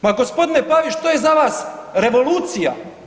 Ma g. Pavić što je za vas revolucija?